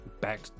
back